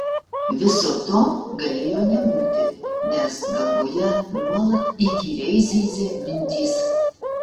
viso to galėjo nebūti nes galvoje nuolat įkyriai zyzė mintys